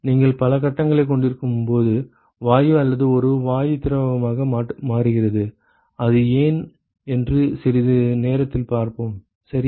நீங்கள் பல கட்டங்களைக் கொண்டிருக்கும்போது வாயு அல்லது ஒரு வாயு திரவமாக மாறுகிறது அது ஏன் என்று சிறிது நேரத்தில் பார்ப்போம் சரியா